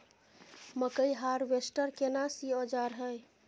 मकई हारवेस्टर केना सी औजार हय?